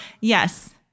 Yes